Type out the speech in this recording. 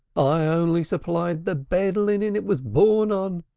i only supplied the bed-linen it was born on.